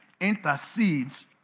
intercedes